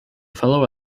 fellow